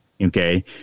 Okay